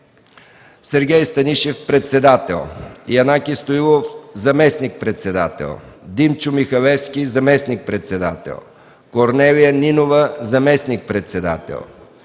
1.Сергей Станишев – председател; 2.Янаки Стоилов – заместник-председател; 3.Димчо Михалевски – заместник-председател; 4.Корнелия Нинова – заместник-председател;